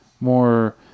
more